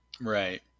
Right